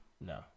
No